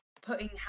putting